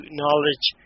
knowledge